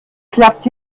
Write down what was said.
klappt